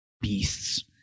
beasts